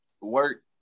Work